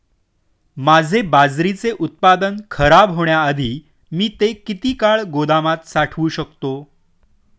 माझे बाजरीचे उत्पादन खराब होण्याआधी मी ते किती काळ गोदामात साठवू शकतो?